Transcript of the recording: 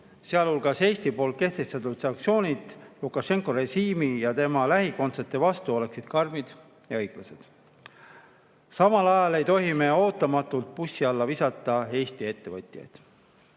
sealhulgas Eesti kehtestatud sanktsioonid Lukašenka režiimi ja tema lähikondsete vastu oleksid karmid ja õiglased. Samal ajal ei tohi me ootamatult "bussi alla visata" Eesti ettevõtjaid.